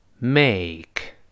make